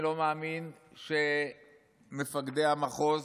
אני לא מאמין שמפקדי המחוז